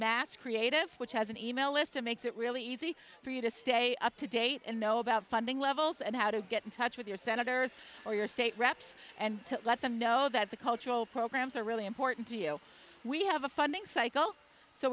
mass creative which has an email list it makes it really easy for you to stay up to date and know about funding levels and how to get in touch with your senators or your state reps and to let them know that the cultural programs are really important to you we have a funding cycle so